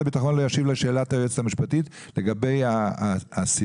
הביטחון לא ישיב לשאלת היועצת המשפטית לגבי הסיווג,